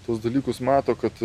tuos dalykus mato kad